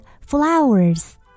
flowers